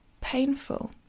painful